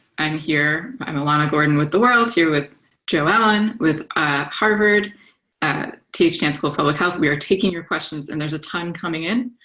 i'm here. i'm elana gordon with the world here with joe allen with harvard th chan school of public health. we are taking your questions, and there's a ton coming in.